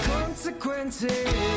Consequences